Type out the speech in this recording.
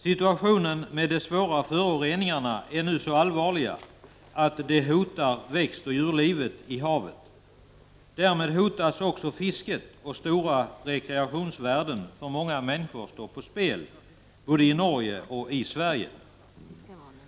Situationen är nu så allvarlig att de svåra föroreningarna hotar växtoch djurlivet i havet. Därmed hotas också fisket, och stora rekreationsvärden för många människor står på spel både i Norge och i Sverige.